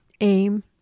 AIM